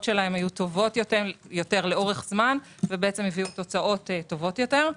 שלהם היו טובות יותר לאורך זמן והביאו תוצאות טובות יותר.